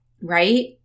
Right